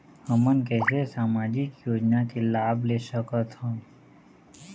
हमन कैसे सामाजिक योजना के लाभ ले सकथन?